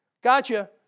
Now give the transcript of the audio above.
Gotcha